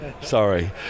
Sorry